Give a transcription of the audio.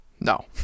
No